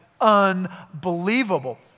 unbelievable